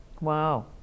Wow